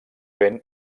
ben